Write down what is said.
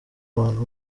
abantu